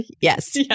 yes